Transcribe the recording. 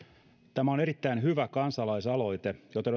tämä on erittäin hyvä kansalaisaloite joten